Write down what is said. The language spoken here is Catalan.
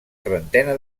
trentena